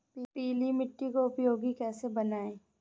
पीली मिट्टी को उपयोगी कैसे बनाएँ?